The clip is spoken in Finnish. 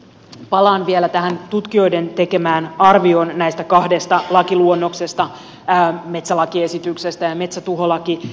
palaan vielä tähän tutkijoiden tekemään arvioon näistä kahdesta lakiluonnoksesta metsälakiesityksestä ja metsätuholakiesityksestä